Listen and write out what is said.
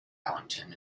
allington